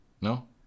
No